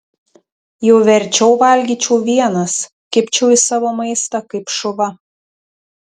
jau verčiau valgyčiau vienas kibčiau į savo maistą kaip šuva